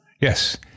Yes